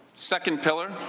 second pillar,